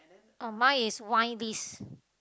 uh mine is wine list